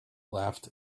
laughed